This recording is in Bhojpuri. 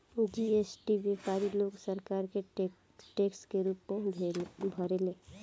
जी.एस.टी व्यापारी लोग सरकार के टैक्स के रूप में भरेले